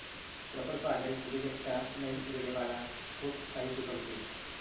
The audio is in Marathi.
प्रकल्प आधारित उद्योजकता नवीन उद्योजकाला खूप काही शिकवते